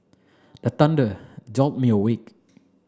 the thunder jolt me awake